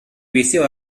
gweithio